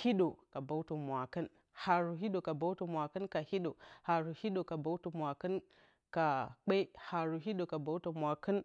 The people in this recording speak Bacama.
hiɗǝ ka bǝwtǝ mwakɨn haru hiɗǝ ka bǝwtǝ mwakɨn ka hiɗǝ haru hiɗǝ ka bǝwtǝ mwakɨn ka kpe haru hiɗǝ ka bǝwtǝ mwakɨn